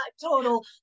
total